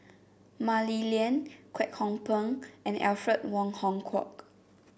Mah Li Lian Kwek Hong Png and Alfred Wong Hong Kwok